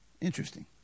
Interesting